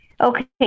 Okay